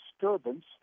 disturbance